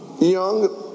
Young